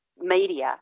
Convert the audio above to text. media